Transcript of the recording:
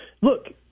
look